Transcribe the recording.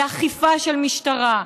לאכיפה של משטרה,